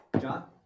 John